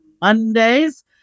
Mondays